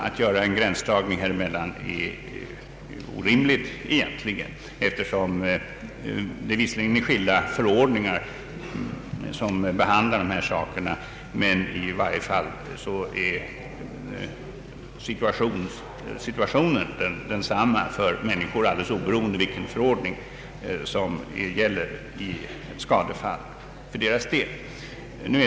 Att göra en gränsdragning är egentligen orimligt. Visserligen är det skilda förordningar som behandlar dessa saker, men i varje fall är situationen densamma för människor, alldeles oberoende av vilken förordning som gäller i deras skadefall.